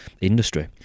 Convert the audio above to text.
industry